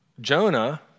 Jonah